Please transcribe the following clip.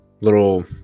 little